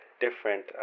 different